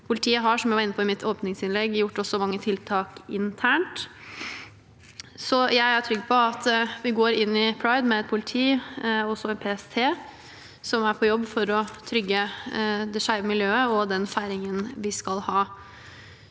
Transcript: åpningsinnlegg, gjort mange tiltak internt, så jeg er trygg på at vi går inn i pride med et politi, og også et PST, som er på jobb for å trygge det skeive miljøet og den feiringen de skal ha.